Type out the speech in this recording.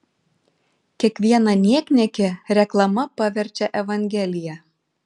kiekvieną niekniekį reklama paverčia evangelija